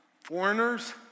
foreigners